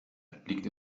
liegt